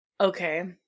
okay